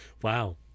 Wow